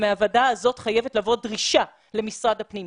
מהוועדה הזאת חייבת לבוא דרישה למשרד הפנים,